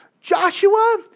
Joshua